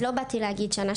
אז לא באתי להגיד שנה,